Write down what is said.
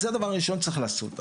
אז זה הדבר הראשון שצריך לעשות.